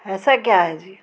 ऐसा क्या है जी